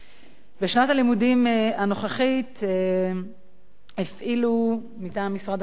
בשנת הלימודים הנוכחית הפעילו מטעם משרד החינוך 29